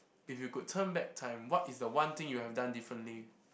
if you could turn back time what is the one thing you would have done differently